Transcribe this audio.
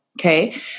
okay